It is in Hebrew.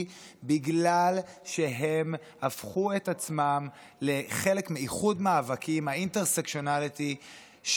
בגלל שהם הפכו את עצמם לחלק מאיחוד מאבקים, intersectionality ,